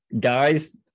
guys